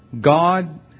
God